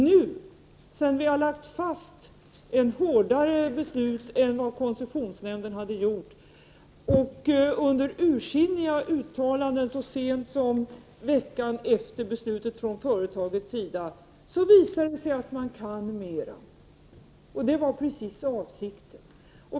Nu, sedan vi har lagt fast ett hårdare beslut än vad koncessionsnämnden hade fattat — under ursinniga uttalanden från företagets sida så sent som veckan efter beslutet — visar det sig att man kan mera. Det var precis avsikten.